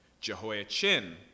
Jehoiachin